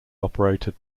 operated